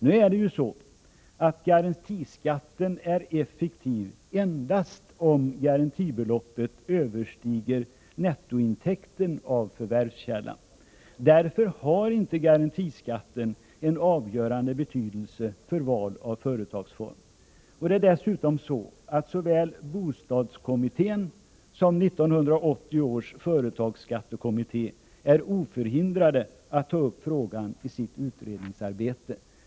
Nu är det så att garantiskatten är effektiv. endast om garantibeloppet överstiger nestointäkten av förvärvskällan. Därför har inte garantiskatten en avgörande betydelse för val av företagsform. Dessutom är såväl bostadskommittén som 1980 års företagsskattekommitté oförhindrade att ta upp frågan i sitt utredningsarbete.